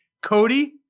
Cody